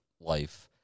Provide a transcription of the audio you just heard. life